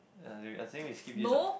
ya I think I think we skip this ah